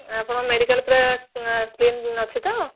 ଆଉ ଆପଣଙ୍କ ମେଡିକାଲ୍ ପୁରା କ୍ଲିନ୍ ଅଛି ତ